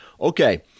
Okay